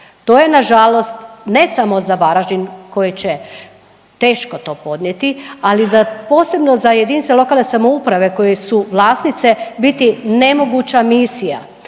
to je nažalost ne samo za Varaždin koji će teško to podnijeti, ali za posebno za jedinice lokalne samouprave koje su vlasnice biti nemoguća misija.